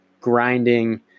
grinding